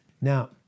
Now